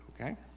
okay